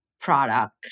product